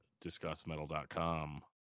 DiscussMetal.com